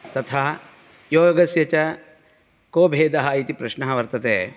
तथा योगस्य च को भेदः इति प्रश्नः वर्तते